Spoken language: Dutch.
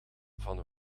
van